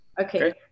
Okay